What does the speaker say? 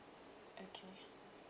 okay